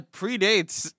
predates